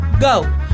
Go